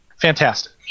Fantastic